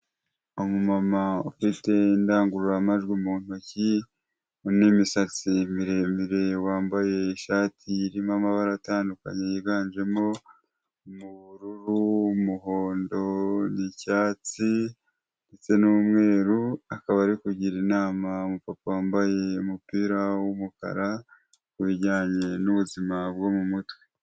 Umumama ufite indangururamajwi mu ntoki n'imisatsi miremire, wambaye ishati irimo amabara atandukanye yiganjemo ubururu, umuhondo n'icyatsi ndetse n'umweru, akaba ari kugira inama umupapa wambaye umupira w'umukara ku bijyanye n'ubuzima bwo mu mutwe.